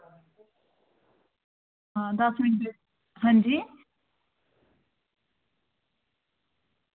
आं दस्स minute wait हां जी